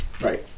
Right